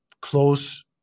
close